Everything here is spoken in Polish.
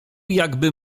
jakby